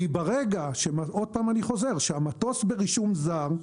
כי ברגע שהמטוס ברישום זר,